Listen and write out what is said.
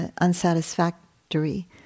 unsatisfactory